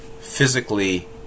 physically